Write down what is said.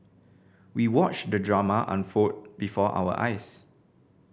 we watched the drama unfold before our eyes